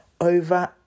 over